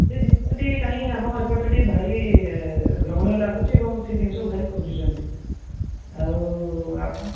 ସେ ଜିନଷଟି କାହିଁ ଆମ ଏପଟରେ ଭାରି ଗ୍ରହଣୀୟ ଲାଗୁଛି ଏବଂ ସେ ଜିନଷକୁ ଭାରି ଖୋଜୁଛନ୍ତି ଆଉ ଆପଣ